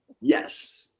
yes